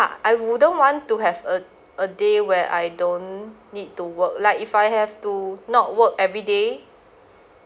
I wouldn't want to have a a day where I don't need to work like if I have to not work every day